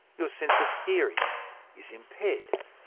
your sense of hearing is impaired.